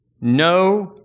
No